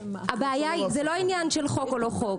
זה לא עניין של חוק או לא חוק,